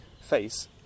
face